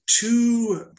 Two